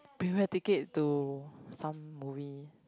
premier ticket to some movie